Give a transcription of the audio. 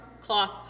cloth